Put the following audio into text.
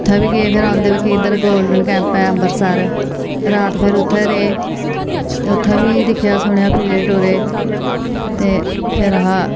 उ'त्थें बी गे फिर औंदे बाकी इद्धर गोल्डन टेम्पल अंबरसर रात फिर उ'त्थें रेह् ते उ'त्थें बी दिक्खेआ सुनेआ फिरे टूरे फिर अस